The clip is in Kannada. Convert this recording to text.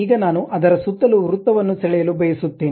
ಈಗ ನಾನು ಅದರ ಸುತ್ತಲೂ ವೃತ್ತವನ್ನು ಸೆಳೆಯಲು ಬಯಸುತ್ತೇನೆ